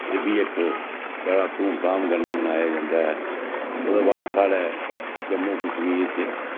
एह् बी इक बड़ा धुमधाम कन्नै मनाया जंदा ऐ ओह्दे बाद साढ़ै जम्मू कश्मीर च